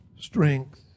strength